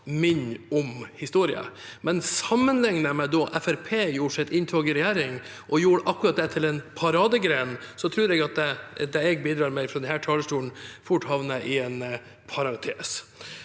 minne om historien, men sammenlignet med da Fremskrittspartiet gjorde sitt inntog i regjering og gjorde akkurat det til en paradegren, tror jeg at det jeg bidrar med fra denne talerstolen, fort havner i en parentes.